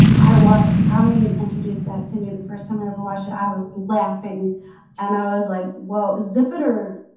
i want tommy introduced that to me the first time i ever watch it i was laughing and i was like whoa, zip it or